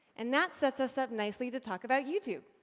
and that sets us up nicely to talk about youtube.